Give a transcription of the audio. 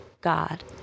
God